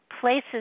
places